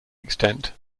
extent